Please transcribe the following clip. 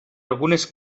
algunes